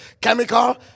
chemical